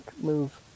move